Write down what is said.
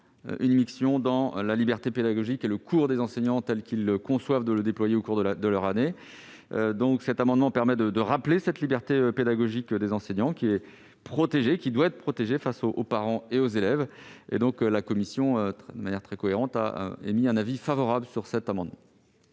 une immixtion dans la liberté pédagogique et dans le cours des enseignants tels qu'ils conçoivent de le déployer au cours de l'année. Cet amendement permet de rappeler la liberté pédagogique des enseignants, qui doit être protégée face aux parents et aux élèves. La commission, de manière très cohérente, a émis un avis favorable. Quel est